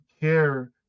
care